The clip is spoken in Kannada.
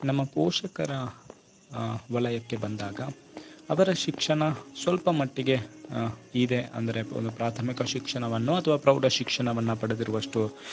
ನಮ್ಮ ಪೋಷಕರ ವಲಯಕ್ಕೆ ಬಂದಾಗ ಅವರ ಶಿಕ್ಷಣ ಸ್ವಲ್ಪ ಮಟ್ಟಿಗೆ ಇದೆ ಅಂದರೆ ಒಂದು ಪ್ರಾಥಮಿಕ ಶಿಕ್ಷಣವನ್ನೋ ಅಥವಾ ಪ್ರೌಢ ಶಿಕ್ಷಣವನ್ನು ಪಡೆದಿರುವಷ್ಟು